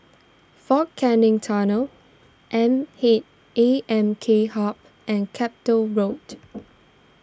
fort Canning Tunnel M K A M K Hub and Chapel Road